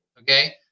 okay